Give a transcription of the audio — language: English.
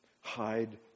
hide